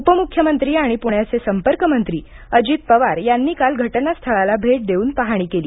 उपमुख्यमंत्री आणि पूण्याचे संपर्कमंत्री अजित पवार यांनी काल घटनास्थळाला भेट देऊन पाहणी केली